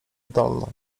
dolną